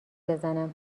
بزنم